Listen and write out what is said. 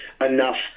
enough